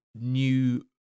new